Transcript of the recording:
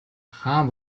хаан